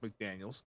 McDaniels